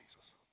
Jesus